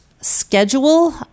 schedule